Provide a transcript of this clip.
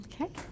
Okay